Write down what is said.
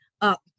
up